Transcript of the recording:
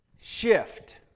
shift